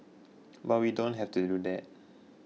but we don't have to do that